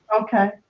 Okay